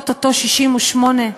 או-טו-טו 68,